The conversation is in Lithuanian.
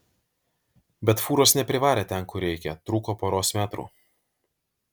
bet fūros neprivarė ten kur reikia trūko poros metrų